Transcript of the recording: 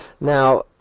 Now